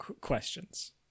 questions